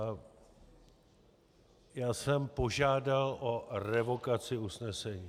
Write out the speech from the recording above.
Ale já jsem požádal o revokaci usnesení.